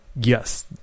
yes